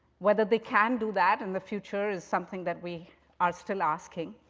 whether they can do that in the future is something that we are still asking.